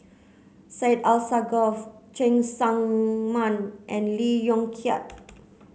Syed Alsagoff Cheng Tsang Man and Lee Yong Kiat